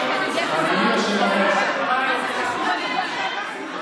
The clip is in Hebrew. לומדים תנ"ך אדוני היושב-ראש, כנסת